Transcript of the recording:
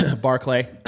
Barclay